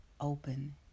open